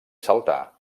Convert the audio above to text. saltar